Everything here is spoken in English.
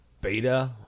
Beta